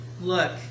look